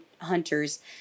hunters